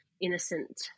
innocent